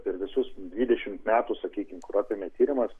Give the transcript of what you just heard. per visus dvidešimt metų sakykim kur apėmė tyrimas